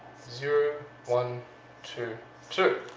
zero one two two